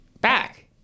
back